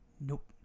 Nope